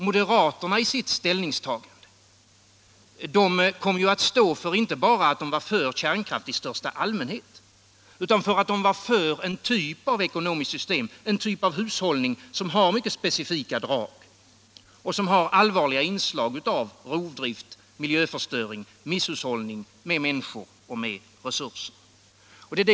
Moderaterna kom ju i sitt ställningstagande att stå för inte bara att de var för kärnkraft i största allmänhet, utan de var för en typ av ekonomiskt system, en typ av hushållning som har mycket specifika drag och som har allvarliga inslag av rovdrift, miljöförstöring och misshushållning med människor och resurser.